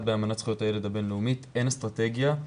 לאמנת זכויות הילד הבינלאומית אין אסטרטגיה,